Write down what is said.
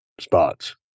spots